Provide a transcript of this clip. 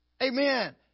Amen